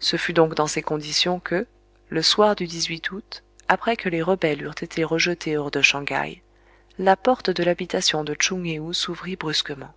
ce fut donc dans ces conditions que le soir du août après que les rebelles eurent été rejetés hors de shang haï la porte de l'habitation de tchoung héou s'ouvrit brusquement